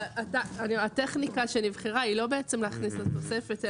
אבל הטכניקה שנבחרה היא לא בעצם להכניס לתוספת,